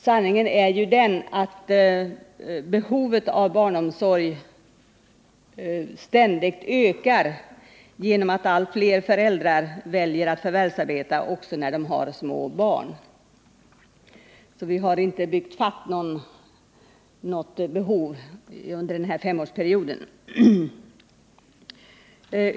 Sanningen är ju den att behovet av barnomsorg ständigt ökar genom att allt fler föräldrar väljer att förvärvsarbeta också när de har små barn. Vi har därför inte byggt fatt något behov under denna femårsperiod.